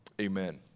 Amen